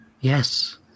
Yes